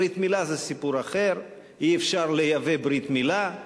ברית-מילה זה סיפור אחר: אי-אפשר לייבא ברית-מילה.